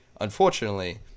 Unfortunately